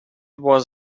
was